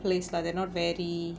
place lah they are not very